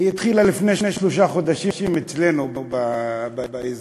היא התחילה לפני שלושה חודשים אצלנו, באזור,